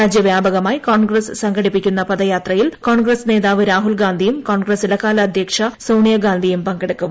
രാജ്യവ്യാപകമായി കോൺഗ്രസ്സ് സംഘടിപ്പിക്കുന്ന പദയാത്രയിൽ കോൺഗ്രസ്സ് നേതാവ് രാഹുൽഗാന്ധിയും കോൺഗ്രസ്സ് ഇടക്കാല അദ്ധ്യക്ഷ സോണിയാഗാന്ധിയും പങ്കെടുക്കും